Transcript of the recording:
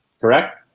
correct